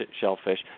shellfish